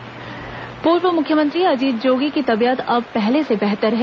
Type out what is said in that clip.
अजीत जोगी पूर्व मुख्यमंत्री अजीत जोगी की तबीयत अब पहले से बेहतर है